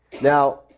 now